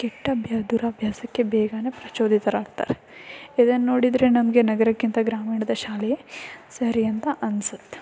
ಕೆಟ್ಟ ದುರಾಭ್ಯಾಸಕ್ಕೆ ಬೇಗನೇ ಪ್ರಚೋದಿತರಾಗ್ತಾರೆ ಇದನ್ನು ನೋಡಿದರೆ ನಮಗೆ ನಗರಕ್ಕಿಂತ ಗ್ರಾಮೀಣದ ಶಾಲೆಯೇ ಸರಿ ಅಂತ ಅನಿಸುತ್ತೆ